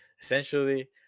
essentially